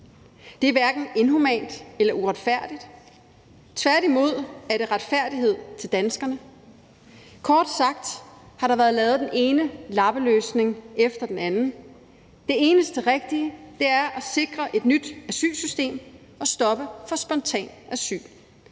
Det er hverken inhumant eller uretfærdigt; tværtimod er det retfærdighed til danskerne. Kort sagt har der været lavet den ene lappeløsning efter den anden. Det eneste rigtige er at sikre et nyt asylsystem og stoppe for spontant asyl;